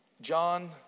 John